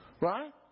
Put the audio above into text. Right